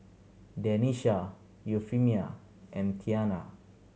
Denisha Euphemia and Tianna